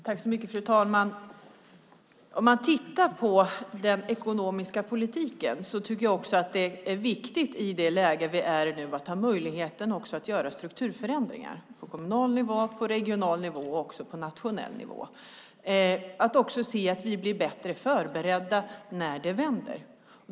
Fru talman! Inom den ekonomiska politiken tycker jag att det är viktigt att i det läge vi är i nu ha möjlighet att göra strukturförändringar på kommunal, regional och nationell nivå och se till att vi blir bättre förberedda när det vänder.